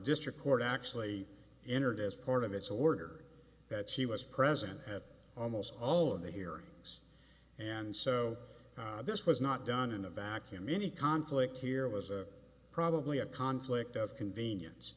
district court actually entered as part of its order that she was present at almost all of the hearings and so this was not done in a vacuum any conflict here was a probably a conflict of convenience